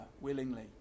willingly